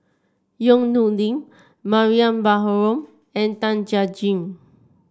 Yong Nyuk Lin Mariam Baharom and Tan Jiak Jim